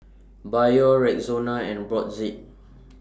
Biore Rexona and Brotzeit